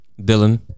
Dylan